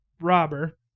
robber